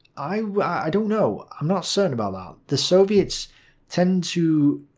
i don't know, i'm not certain about that. the soviets tend to.